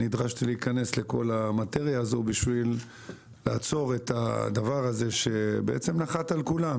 נדרשתי להיכנס לכל הדבר הזה בשביל לעצור את הדבר הזה שבעצם נחת על כולם.